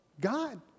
God